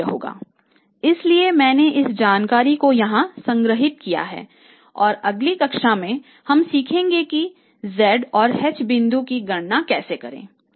इसलिए मैंने इस जानकारी को यहां संग्रहीत किया है और अगली कक्षा में हम सीखेंगे कि z और h बिंदु की गणना कैसे करें